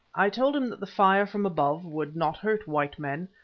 i told him that the fire from above would not hurt white men,